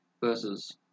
versus